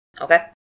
Okay